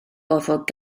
gorfod